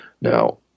Now